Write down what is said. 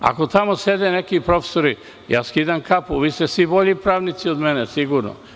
Ako tamo sede neki profesori, skidam kapu, vi ste svi bolji pravnici od mene sigurno.